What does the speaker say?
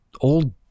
old